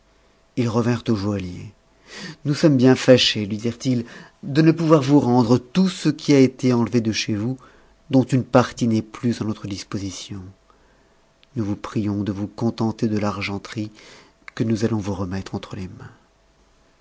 ils revinrent au joaillier ous sommes bien fâchés lui dirent-ils de ne pouvoir vous rendre tout ce qui a été enlevé de chez vous dont une partie n'est plus en notre disposition nous vous prions de vous contenter de l'argenterie que nous allons vous remettre entre les mains